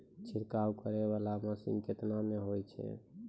छिड़काव करै वाला मसीन केतना मे होय छै?